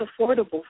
affordable